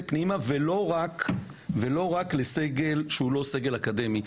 פנימה ולא רק לסגל שהוא לא סגל אקדמי,